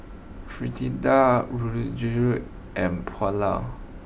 Fritada and Pulao